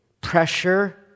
pressure